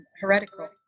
heretical